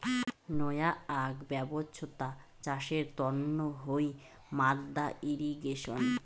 নয়া আক ব্যবছ্থা চাষের তন্ন হই মাদ্দা ইর্রিগেশন